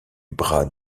bras